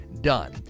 done